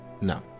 no